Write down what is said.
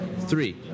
Three